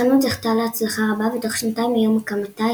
החנות זכתה להצלחה רבה ותוך שנתיים מיום הקמתה,